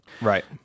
Right